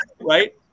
Right